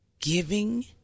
giving